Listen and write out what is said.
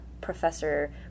Professor